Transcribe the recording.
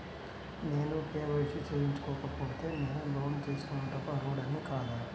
నేను కే.వై.సి చేయించుకోకపోతే నేను లోన్ తీసుకొనుటకు అర్హుడని కాదా?